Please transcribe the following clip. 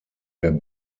der